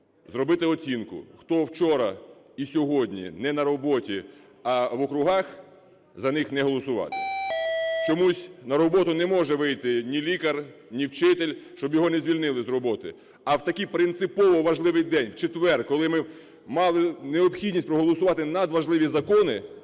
зробити оцінку: хто вчора і сьогодні не на роботі, а в округах, за них не голосувати. Чомусь на роботу не може не вийти ні лікар ні вчитель, щоб його не звільнили з роботи. А в такий принципово важливий день, в четвер, коли ми мали необхідність проголосувати надважливі закони,